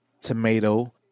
tomato